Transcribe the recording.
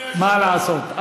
מה לעשות.